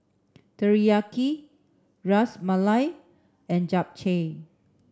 Teriyaki Ras Malai and Japchae